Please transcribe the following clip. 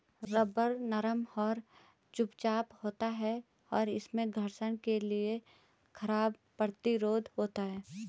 rubber नरम और चिपचिपा होता है, और इसमें घर्षण के लिए खराब प्रतिरोध होता है